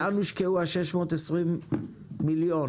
איפה הושקעו 620 מיליון,